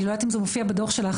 אני לא יודעת אם זה מופיע בדוח שלך,